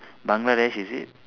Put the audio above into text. bangladesh is it